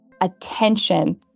attention